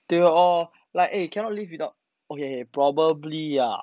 对咯 like eh cannot live without okay okay probably ah